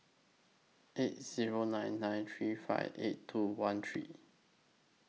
eight Zero nine nine three five eight two one three